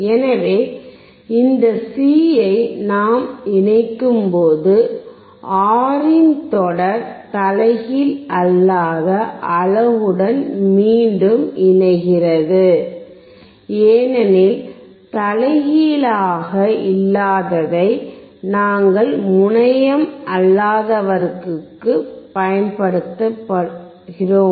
எனவே இந்த C ஐ நாம் இணைக்கும்போது R இன் தொடர் தலைகீழ் அல்லாத அலகுடன் மீண்டும் இணைக்கிறது ஏனெனில் தலைகீழாக இல்லாததை நாங்கள் முனையம் அல்லாதவற்றுக்கு பயன்படுத்துகிறோம்